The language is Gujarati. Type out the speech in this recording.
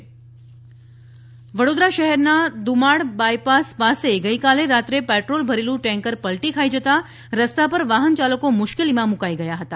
અકસ્માત વડોદરા શહેરના દુમાડ બાયપાસ પાસે ગઇકાલે રાત્રે પેટ્રોલ ભરેલું ટેન્કર પલટી ખાઈ જતાં રસ્તા પર વાહનચાલકો મુશ્કેલીમાં મુકાઈ ગયા હતા